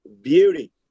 beauty